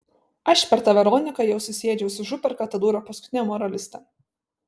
aš per tą veroniką jau susiėdžiau su župerka ta dūra paskutine moraliste